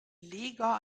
leger